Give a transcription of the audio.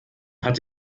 hat